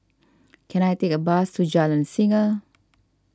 can I take a bus to Jalan Singa